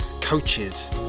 coaches